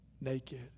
Naked